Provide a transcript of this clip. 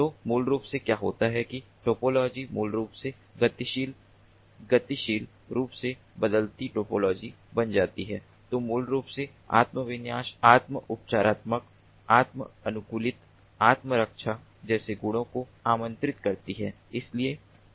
तो मूल रूप से क्या होता है कि टोपोलॉजी मूल रूप से गतिशील गतिशील रूप से बदलती टोपोलॉजी बन जाती है जो मूल रूप से आत्म विन्यास आत्म उपचारात्मक आत्म अनुकूलित आत्म रक्षा जैसे गुणों को आमंत्रित करती है इत्यादि